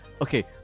okay